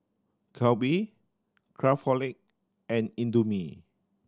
Calbee Craftholic and Indomie